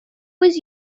was